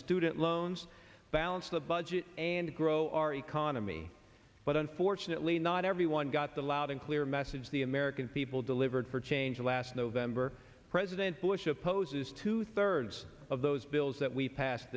student loans balance the budget and grow our economy but unfortunately not everyone got the loud and clear message the american people delivered for change last november president bush opposes two thirds of those bills that we passed